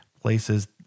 places